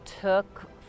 took